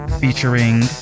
featuring